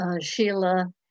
Sheila